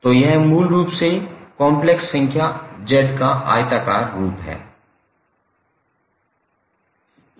तो यह मूल रूप से कॉम्प्लेक्स संख्या z का आयताकार रूप है